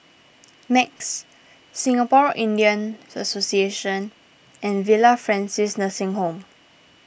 Nex Singapore Indian Association and Villa Francis Nursing Home